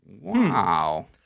Wow